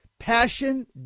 Passion